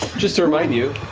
just to remind you,